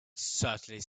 certainly